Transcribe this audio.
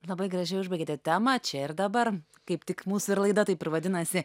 labai gražiai užbaigėte temą čia ir dabar kaip tik mūsų ir laida taip ir vadinasi